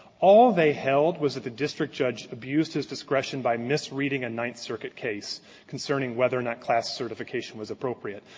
all they held was that the district judge abused his discretion by misreading a ninth circuit case concerning whether or not class certification was appropriate.